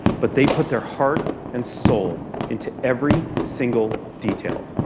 but they put their heart and soul into every single detail.